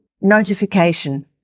notification